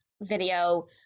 video